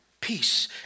Peace